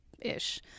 ish